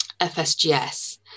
FSGS